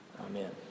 Amen